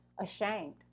ashamed